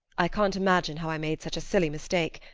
i can't imagine how i made such a silly mistake.